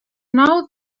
nou